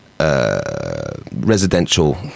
Residential